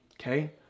okay